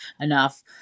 enough